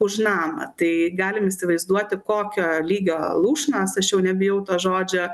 už namą tai galim įsivaizduoti kokio lygio lūšnas aš jau nebijau to žodžio